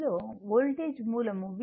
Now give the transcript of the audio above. voltage మూలం V Vm sin ω t